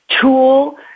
tool